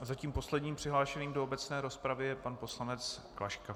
A zatím posledním přihlášeným do obecné rozpravy je pan poslanec Klaška.